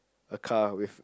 a car with